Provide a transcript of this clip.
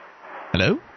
Hello